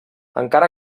encara